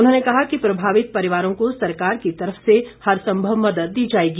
उन्होंने कहा कि प्रभावित परिवारों को सरकार की तरफ से हर संभव मदद दी जाएगी